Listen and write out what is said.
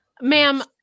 Ma'am